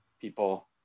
people